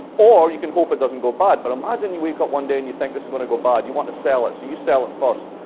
or you can hope it doesn't go bad. but imagine you wake up one day, and you think, this is going to go bad. you want to sell it, so you sell it first.